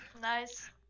nice